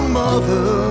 mother